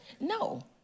No